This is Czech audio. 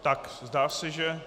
Tak zdá se, že...